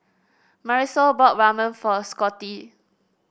Marisol bought Ramen for Scottie